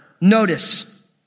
notice